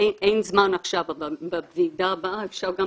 אין זמן עכשיו אבל בפגישה הבאה אפשר גם